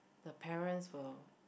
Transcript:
the parents will